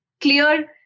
clear